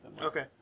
Okay